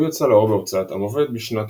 הוא יצא לאור בהוצאת עם עובד בשנת